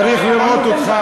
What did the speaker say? צריך לראות אותך.